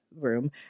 room